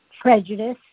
prejudice